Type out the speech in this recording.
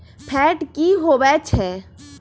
Fat की होवछै?